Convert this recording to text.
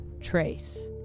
trace